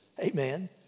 Amen